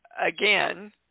again